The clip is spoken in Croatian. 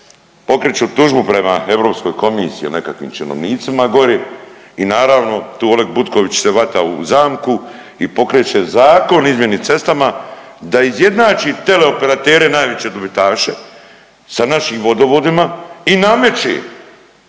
pokreću tužbu prema EK o nekakvim činovnicima gori i naravno, tu Oleg Butković se vata u zamku i pokreće zakon o izmjeni cestama da da izjednači teleoperatere najveće dobitaše sa našim vodovodima i nameće